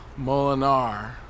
Molinar